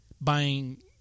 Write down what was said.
Buying